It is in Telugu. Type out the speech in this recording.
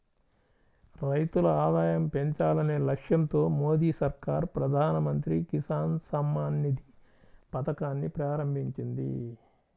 రైతుల ఆదాయం పెంచాలనే లక్ష్యంతో మోదీ సర్కార్ ప్రధాన మంత్రి కిసాన్ సమ్మాన్ నిధి పథకాన్ని ప్రారంభించింది